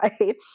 right